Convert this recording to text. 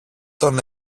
τον